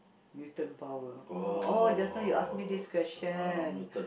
mutant power oh oh just now you ask me this question